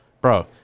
Bro